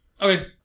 Okay